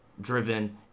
driven